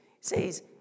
says